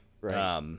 right